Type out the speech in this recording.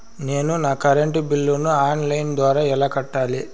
నేను నా కరెంటు బిల్లును ఆన్ లైను ద్వారా ఎలా కట్టాలి?